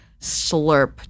slurp